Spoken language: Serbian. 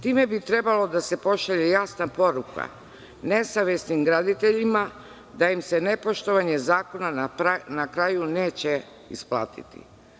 Time bi trebalo da se pošalje jasna poruka nesavesnim graditeljima, da im se nepoštovnje zakona na kraju neće isplatiti.